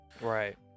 right